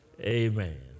Amen